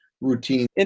routine